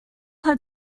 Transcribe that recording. had